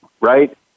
right